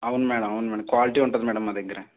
అవును మ్యాడం అవును madam quality ఉంటుంది మ్యాడం మా దగ్గర